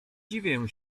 dziwię